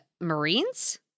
Marines